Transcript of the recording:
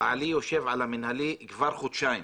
בעלי יושב על המנהלי כבר חודשיים,